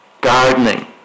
gardening